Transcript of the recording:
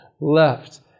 left